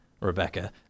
Rebecca